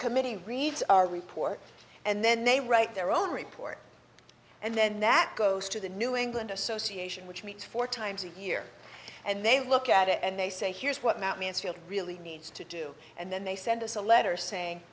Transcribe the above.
committee reads our report and then they write their own report and then that goes to the new england association which meets four times a year and they look at it and they say here's what mt mansfield really needs to do and then they send us a letter saying